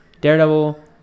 Daredevil